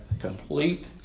complete